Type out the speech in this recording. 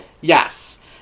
Yes